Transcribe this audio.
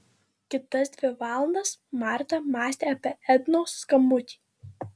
kitas dvi valandas marta mąstė apie ednos skambutį